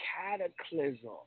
cataclysm